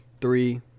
three